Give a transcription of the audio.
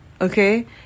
okay